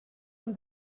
and